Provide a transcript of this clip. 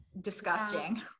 disgusting